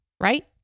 right